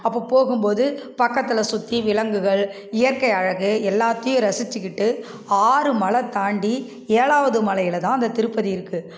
அப்போது போகும்போது பக்கத்தில் சுற்றி விலங்குகள் இயற்கை அழகு எல்லாத்தையும் ரசிச்சிக்கிட்டு ஆறு மலை தாண்டி ஏழாவது மலையில் தான் அந்த திருப்பதி இருக்குது